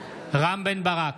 רם בן ברק,